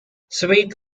sweet